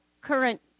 current